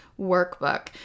workbook